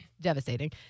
devastating